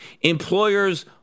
Employers